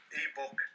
ebook